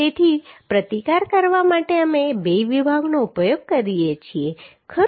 તેથી પ્રતિકાર કરવા માટે અમે 2 વિભાગનો ઉપયોગ કરીએ છીએ ખરું